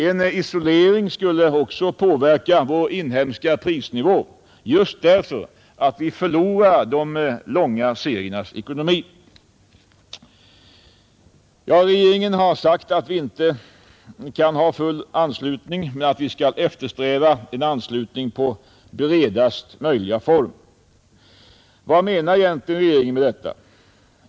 En isolering skulle också påverka vår inhemska prisnivå just emedan vi förlorar de långa seriernas ekonomi. Regeringen har sagt att vi inte kan ha full anslutning men att vi skall eftersträva en anslutning i ”bredast möjliga form”. Vad menar egentligen regeringen med detta?